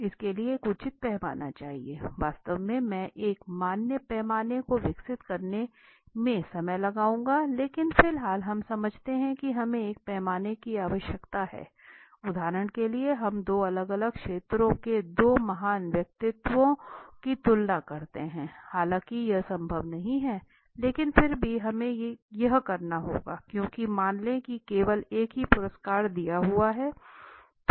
इसके लिए एक उचित पैमाना चाहिए वास्तव में मैं एक मान्य पैमाने को विकसित करने में समय लगाऊंगा लेकिन फिलहाल हम समझते हैं कि हमें एक पैमाने की आवश्यकता है उदाहरण के लिए हम दो अलग अलग क्षेत्रों के दो महान व्यक्तित्वों की तुलना करते हैं हालांकि यह संभव नहीं है लेकिन फिर भी हमें यह करना होगा क्योंकि मान लें कि केवल एक ही पुरस्कार दिया हुआ है